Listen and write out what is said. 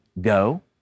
go